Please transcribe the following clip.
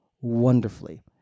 wonderfully